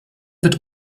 wird